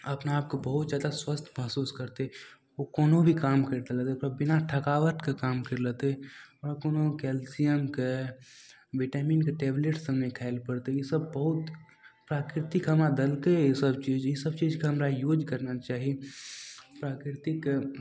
अपना आपके बहुत जादा स्वस्थ महसूस करतय ओ कोनो भी काम करतय बिना थकावटके काम करि लेतय ओकरा कोनो केल्सियमके विटामिनके टेबलेट सब नहि खाइ पड़तय ईसब बहुत प्राकृतिक हमरा देलकय ईसब चीज ईसब चीजके हमरा यूज करना चाही प्राकृतिकके